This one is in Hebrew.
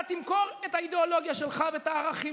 אתה תמכור את האידיאולוגיה שלך ואת הערכים